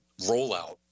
rollout